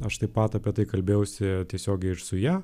aš taip pat apie tai kalbėjausi tiesiogiai ir su ja